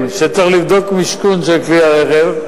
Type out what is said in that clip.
שצריך לבדוק את עניין המשכון לגביהם,